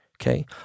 okay